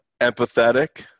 empathetic